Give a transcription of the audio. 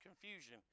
confusion